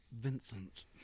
Vincent